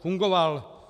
Fungoval?